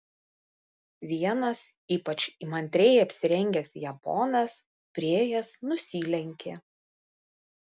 vienas ypač įmantriai apsirengęs japonas priėjęs nusilenkė